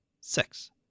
Six